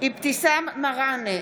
אבתיסאם מראענה,